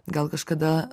gal kažkada